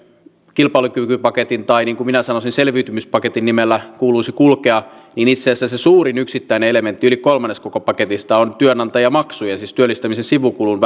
kilpailukykypaketin tai niin kuin minä sanoisin selviytymispaketin nimellä kuuluisi kulkea itse asiassa se suurin yksittäinen elementti yli kolmannes koko paketista on työnantajamaksujen siis työllistämisen sivukulujen